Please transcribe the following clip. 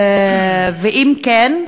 2. אם כן,